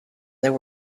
there